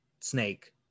snake